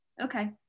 Okay